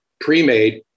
pre-made